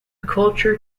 culture